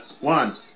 One